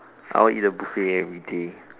I'll eat a buffet everyday